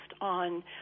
on